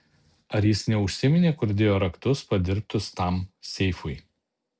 ar jis neužsiminė kur dėjo raktus padirbtus tam seifui